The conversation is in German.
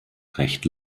recht